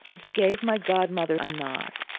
he gave my godmother a nod.